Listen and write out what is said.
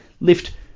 lift